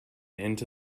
into